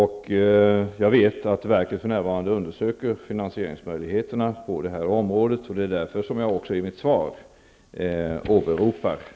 Jag vet att verket för närvarande undersöker finansieringsmöjligheterna på det här området, och det är därför som jag i mitt svar åberopar detta.